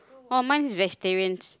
oh mine is vegetarians